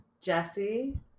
Jesse